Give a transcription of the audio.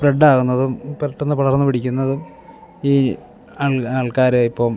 സ്പ്രെഡ്ഡാവുന്നതും പെട്ടെന്നു പടർന്നു പിടിക്കുന്നതും ഈ ആൾ ആൾക്കാരെ ഇപ്പം